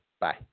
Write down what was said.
Bye